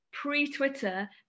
pre-twitter